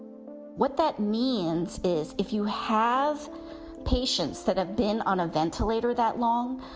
what that means is if you have patients that have been on a ventilator that long,